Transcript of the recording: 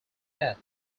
that